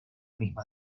misma